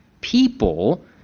people